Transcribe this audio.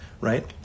right